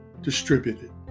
distributed